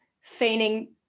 feigning